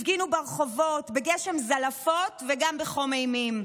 הפגינו ברחובות בגשם זלעפות וגם בחום אימים.